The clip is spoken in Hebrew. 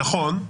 נכון.